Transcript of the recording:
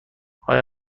آیا